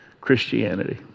Christianity